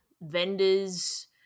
vendors